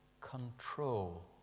control